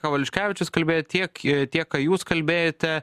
ką valiuškevičius kalbėjo tiek tiek ką jūs kalbėjote